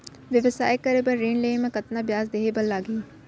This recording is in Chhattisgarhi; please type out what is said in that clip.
व्यवसाय करे बर ऋण लेहे म कतना ब्याज देहे बर लागही?